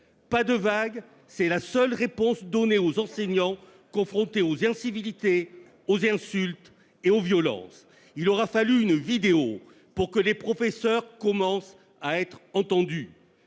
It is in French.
Pas de vague », c'est la seule réponse donnée aux enseignants confrontés aux incivilités, aux insultes et aux violences. Il aura fallu la diffusion sur internet d'une vidéo pour que les professeurs commencent à être entendus.